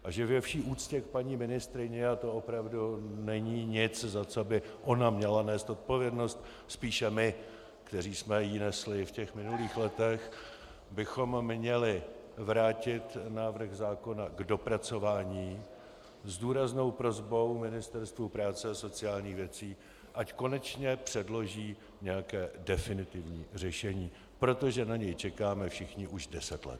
A že ve vši úctě k paní ministryni a to opravdu není nic, za co by ona měla nést odpovědnost, spíše my, kteří jsme ji nesli v těch minulých letech bychom měli vrátit návrh zákona k dopracování s důraznou prosbou Ministerstvu práce a sociálních věcí, ať konečně předloží nějaké definitivní řešení, protože na něj čekáme všichni už deset let.